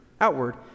outward